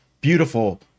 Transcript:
beautiful